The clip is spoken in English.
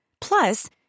Plus